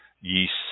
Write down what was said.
yeast